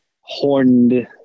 horned